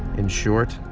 in short